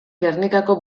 gernikako